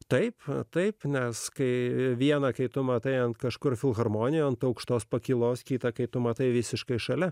taip taip nes kai viena kai tu matai ant kažkur filharmoniją ant aukštos pakylos kitą kai tu matai visiškai šalia